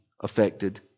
affected